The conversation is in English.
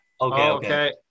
Okay